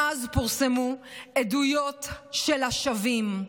מאז פורסמו עדויות של השבים,